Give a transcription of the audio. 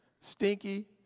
stinky